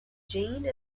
jeanne